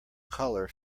colour